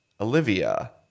Olivia